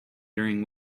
during